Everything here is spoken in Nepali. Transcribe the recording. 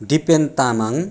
दिपेन तामाङ